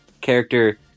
character